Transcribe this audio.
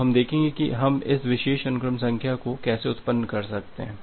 तो हम देखेंगे कि हम इस विशेष अनुक्रम संख्या को कैसे उत्पन्न कर सकते हैं